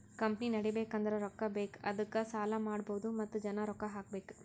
company ನಡಿಬೇಕ್ ಅಂದುರ್ ರೊಕ್ಕಾ ಬೇಕ್ ಅದ್ದುಕ ಸಾಲ ಮಾಡ್ಬಹುದ್ ಮತ್ತ ಜನ ರೊಕ್ಕಾ ಹಾಕಬೇಕ್